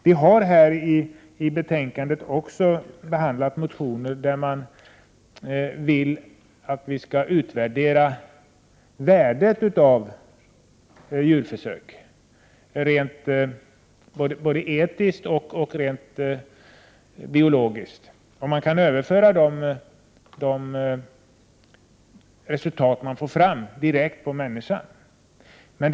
Vi har i betänkandet också behandlat motioner där det framförs krav på att vi skall utvärdera djurförsök både etiskt och biologiskt. Det senare gäller huruvida man kan överföra de resultat man får fram direkt på människan.